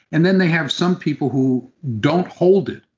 and then they have some people who don't hold it.